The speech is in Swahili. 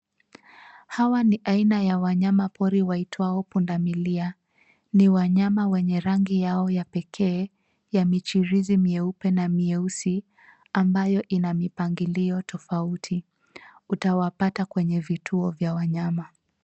Hawa ni aina ya wanyama pori waitwao pundamilia. Ni wanyama wenye rangi yao ya pekee ya michirizi myeupe na myeusi ambayo ina mipangilio tofauti. Utawapata kwenye vituo vya wanyama.